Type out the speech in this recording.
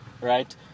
right